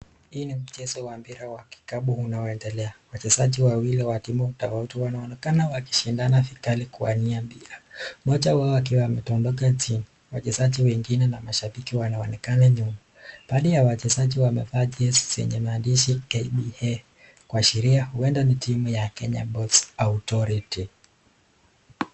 Hii ni mchezo wa mpira wa kikapu unaoendelea. Wachezaji wawili wa timu tofauti wanaonekana wakishindana vikali kuwania mpira. Mmoja wao akiwa amedondoka chini, wachezaji wengine na mashabiki wanaonekana nyuma. Baadhi ya wachezaji wamevaa jezi zenye maandishi KPA kuashiria huenda ni timu ya Kenya Ports Authority .